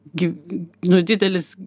gi nu didelis